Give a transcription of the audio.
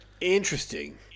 Interesting